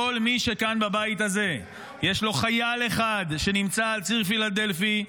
כל מי שכאן בבית הזה יש לו חייל אחד שנמצא על ציר פילדלפי,